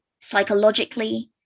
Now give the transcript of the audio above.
psychologically